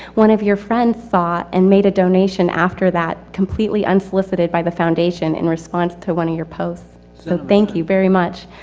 one of your friends saw and made a donation after that, completely unsolicited by the foundation and response to one of your posts. so thank you very page.